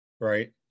right